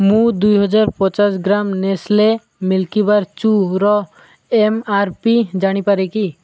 ମୁଁ ଦୁଇ ହଜାର ପଚାଶ ଗ୍ରାମ୍ ନେସ୍ଲେ ମିଲ୍କିବାର୍ ଚୂ ର ଏମ୍ ଆର୍ ପି ଜାଣିପାରେ କି